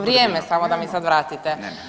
Vrijeme samo da mi sad vratite.